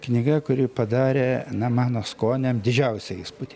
knyga kuri padarė na mano skoniam didžiausią įspūdį